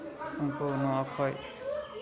ᱩᱱᱠᱩ ᱱᱚᱣᱟ ᱠᱷᱚᱡ